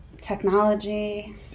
technology